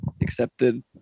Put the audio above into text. accepted